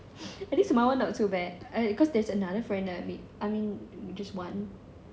at least my [one] not so bad I cause there is another friend of me I mean british [one]